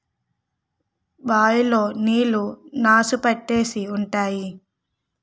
bye లో నీళ్లు నాసు పట్టేసి ఉంటాయి